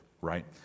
right